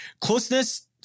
closeness